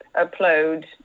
upload